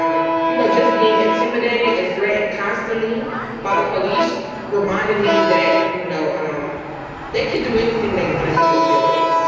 um you know, just being intimidated and threatened constantly by the police reminded me that, you know, um they could do anything they want to do and do away with it.